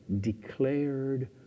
declared